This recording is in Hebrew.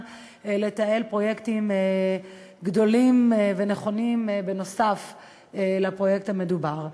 לתעל פרויקטים גדולים ונכונים נוסף על הפרויקט המדובר.